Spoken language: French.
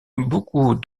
beaucoup